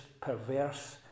perverse